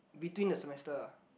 between the semester